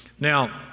Now